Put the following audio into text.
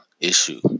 issue